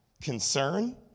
concern